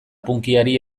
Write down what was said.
punkyari